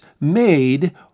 made